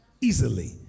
Easily